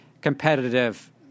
competitive